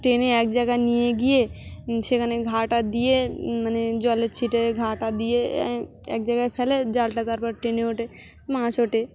টেনে এক জায়গায় নিয়ে গিয়ে সেখানে ঘা টা দিয়ে মানে জলের ছিটে ঘা টা দিয়ে এক জায়গায় ফেলে জালটা তারপর টেনে ওঠে মাছ ওঠে